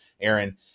Aaron